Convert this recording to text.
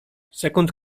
sekund